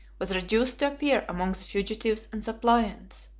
was reduced to appear among the fugitives and suppliants.